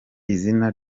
izina